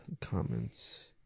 comments